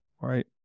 right